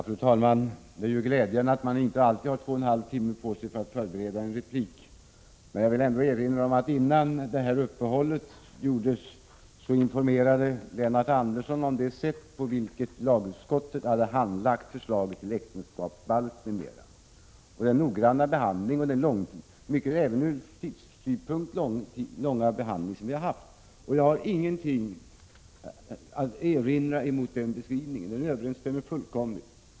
Fru talman! Det är glädjande att man inte alltid har två och en halv timme på sig för att förbereda en replik. Jag vill erinra om att innan uppehållet för frågor gjordes informerade Lennart Andersson om det sätt på vilket lagutskottet hade handlagt förslaget om äktenskapsbalk m.m., den noggranna behandling och den även ur tidssynpunkt långa behandling som vi haft. Jag har ingenting att erinra mot den beskrivningen.